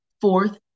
fourth